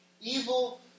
Evil